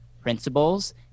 principles